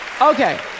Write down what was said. Okay